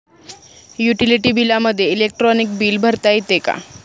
Utility बिलामध्ये electronic bill भरता येते का?